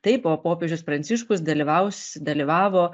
taip o popiežius pranciškus dalyvaus dalyvavo